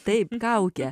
taip kaukę